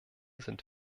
sind